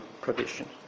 provision